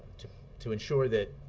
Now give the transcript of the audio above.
to to ensure that